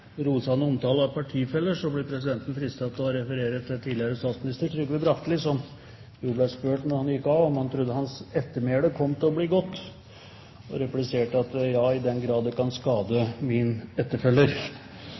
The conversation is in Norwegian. rosende omtale av partifeller blir presidenten fristet til å referere til tidligere statsminister Trygve Bratteli, som ble spurt da han gikk av, om han trodde hans ettermæle kom til å bli godt, og repliserte: Ja, i den grad det kan